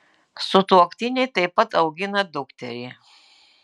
sutuoktiniai taip pat augina dukterį